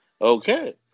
okay